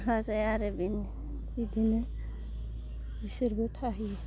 फाजाया आरो बेनो बिदिनो बिसोरबो थाहैयो